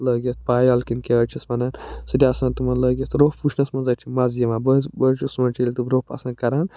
لٲگِتھ پایَل کِنہٕ کیٛاہ حظ چھِس وَنان سُتہِ آسان تِمَن لٲگِتھ روٚف وٕچھنَس منٛز حظ چھِ مَزٕ یِوان بہٕ حظ بہٕ حظ چھُس سونٛچھان ییٚلہِ تِم روٚف آسَن کران